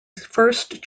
first